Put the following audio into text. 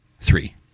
Three